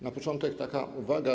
Na początek taka uwaga.